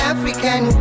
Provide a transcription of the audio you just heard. African